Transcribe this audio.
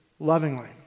lovingly